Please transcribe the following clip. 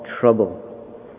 trouble